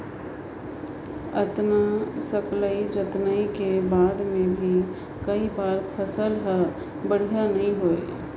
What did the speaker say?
अतना सकलई जतनई के बाद मे भी कई बार फसल हर बड़िया नइ होए